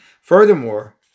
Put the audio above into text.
Furthermore